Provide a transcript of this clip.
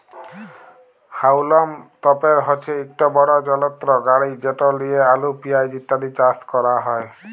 হাউলম তপের হছে ইকট বড় যলত্র গাড়ি যেট লিঁয়ে আলু পিয়াঁজ ইত্যাদি চাষ ক্যরা হ্যয়